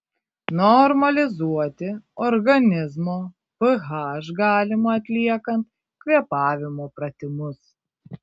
normalizuoti organizmo ph galima atliekant kvėpavimo pratimus